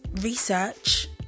research